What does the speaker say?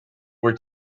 were